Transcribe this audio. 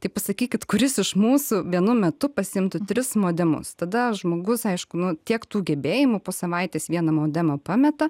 tai pasakykit kuris iš mūsų vienu metu pasiimtų tris modemus tada žmogus aišku nu tiek tų gebėjimų po savaitės vieną modemą pameta